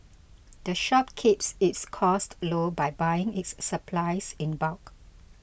the shop keeps its costs low by buying its supplies in bulk